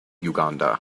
uganda